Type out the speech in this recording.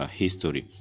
history